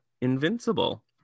Invincible